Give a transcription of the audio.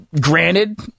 Granted